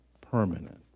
permanent